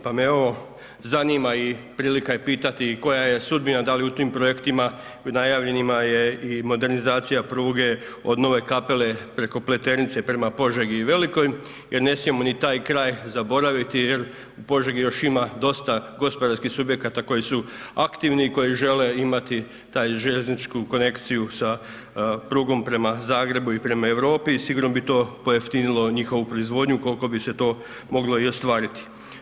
Pa me ovo zanima i prilika je pitati i koja je sudbina da li u tim projektima najavljenima je i modernizacija pruge od Nove Kapele preko Pleternice prema Požegi i Velikoj jer ne smijemo ni taj kraj zaboraviti jer u Požegi još ima dosta gospodarskih subjekata koji su aktivni i koji žele imati tu željezničku konekciju sa prugom prema Zagrebu i prema Europi i sigurno bi to pojeftinilo njihovu proizvodnju ukoliko bi se to moglo i ostvariti.